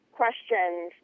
questions